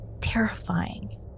terrifying